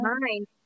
mind